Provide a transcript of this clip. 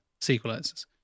sequelizers